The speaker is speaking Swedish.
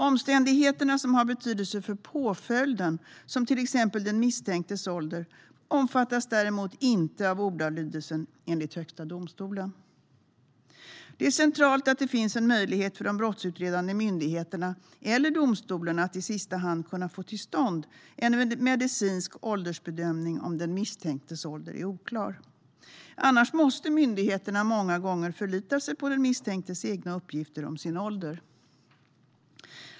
Omständigheter som har betydelse för påföljden, till exempel den misstänktes ålder, omfattas däremot inte av ordalydelsen, enligt Högsta domstolen. Det är centralt att det finns en möjlighet för de brottsutredande myndigheterna, eller i sista hand domstolarna, att få till stånd en medicinsk åldersbedömning om den misstänktes ålder är oklar. Annars måste myndigheterna många gånger förlita sig på den misstänktes egna uppgifter om sin ålder.